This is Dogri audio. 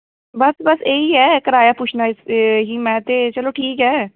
बस बस एह् ही ऐ कराया पुछना हा कि ते चलो ठीक ऐ